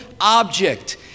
object